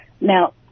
Now